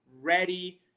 ready